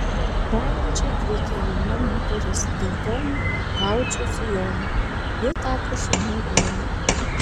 veriančiai klykė jauna moteris geltonu gaučo sijonu ji tapo šunų grobiu